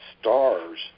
stars